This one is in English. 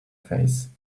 face